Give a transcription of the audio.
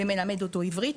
והוא מלמד אותו עברית.